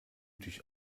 dich